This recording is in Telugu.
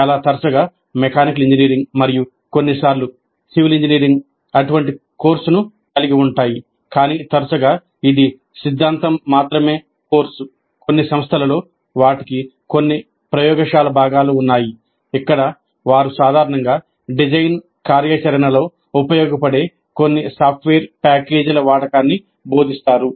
చాలా తరచుగా మెకానికల్ ఇంజనీరింగ్ మరియు కొన్నిసార్లు సివిల్ ఇంజనీరింగ్ అటువంటి కోర్సును కలిగి ఉంటాయి కానీ తరచుగా ఇది సిద్ధాంతం మాత్రమే కోర్సు కొన్ని సంస్థలలో వాటికి కొన్ని ప్రయోగశాల భాగాలు ఉన్నాయి ఇక్కడ వారు సాధారణంగా డిజైన్ కార్యాచరణలో ఉపయోగపడే కొన్ని సాఫ్ట్వేర్ ప్యాకేజీల వాడకాన్ని బోధిస్తారు